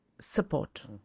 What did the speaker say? support